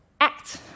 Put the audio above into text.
act